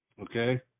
okay